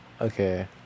Okay